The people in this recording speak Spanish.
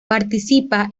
participa